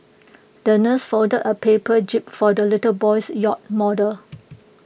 the nurse folded A paper jib for the little boy's yacht model